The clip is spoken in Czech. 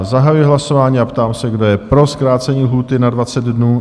Zahajuji hlasování a ptám se, kdo je pro zkrácení lhůty na 20 dnů?